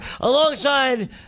alongside